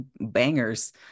bangers